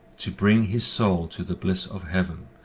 to bring his soul to the bliss of heaven,